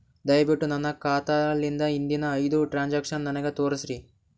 ದಯವಿಟ್ಟು ನನ್ನ ಖಾತಾಲಿಂದ ಹಿಂದಿನ ಐದ ಟ್ರಾಂಜಾಕ್ಷನ್ ನನಗ ತೋರಸ್ರಿ